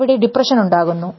അവിടെ ഡിപ്രഷൻ ഉണ്ടാകുന്നു